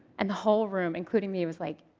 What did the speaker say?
and the whole room, including me, was like,